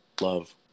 love